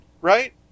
right